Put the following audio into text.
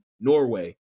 norway